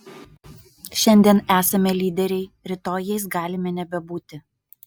šiandien esame lyderiai rytoj jais galime nebebūti